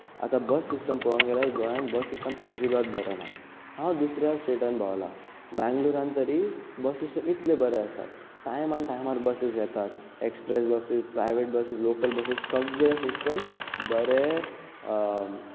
आतां bus system पळोवंक गेल्यार गोंयांत बस सिस्टम अजिबात बरें ना हांव दुसऱ्या स्टेटांत पावलां मँगलोरांत तरी बस सिस्टम इतलें बरें आसा टायमा टायमार बसी येतात एक्सप्रेस बस प्रायवेट बसी लोकल बसी सगळें सिस्टम बरें